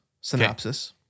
synopsis